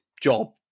job